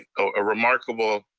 a remarkable